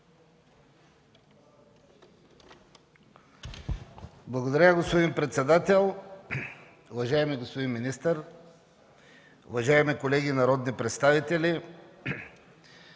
Благодаря, господин председател. Уважаеми господин министър, уважаеми колеги народни представители!